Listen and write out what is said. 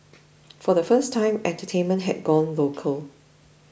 for the first time entertainment had gone local